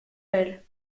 elle